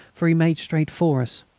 for he made straight for us.